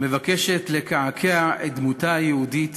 מבקשת לקעקע את דמותה היהודית